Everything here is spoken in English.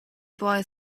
boy